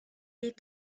est